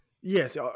Yes